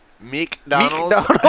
McDonald's